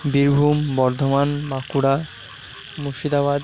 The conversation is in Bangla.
বীরভূম বর্ধমান বাঁকুড়া মুর্শিদাবাদ